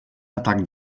atac